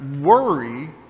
worry